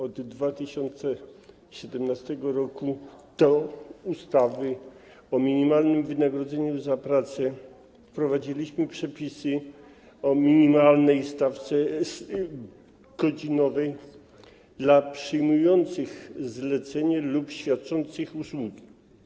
Od 2017 r. do ustawy o minimalnym wynagrodzeniu za pracę wprowadziliśmy przepisy o minimalnej stawce godzinowej dla przyjmujących zlecenie lub świadczących usługi.